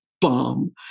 bomb